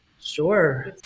Sure